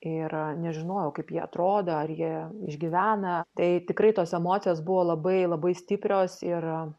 ir nežinojau kaip jie atrodo ar jie išgyvena tai tikrai tos emocijos buvo labai labai stiprios ir